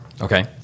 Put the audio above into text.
okay